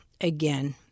again